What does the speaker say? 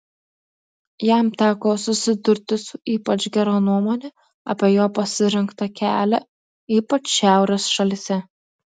jam teko susidurti su ypač gera nuomone apie jo pasirinktą kelią ypač šiaurės šalyse